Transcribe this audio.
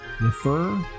refer